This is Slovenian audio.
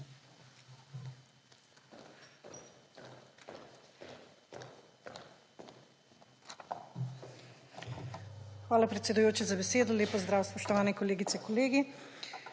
Hvala, predsedujoči, za besedo. Lep pozdrav, spoštovani kolegice in kolegi!